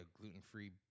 gluten-free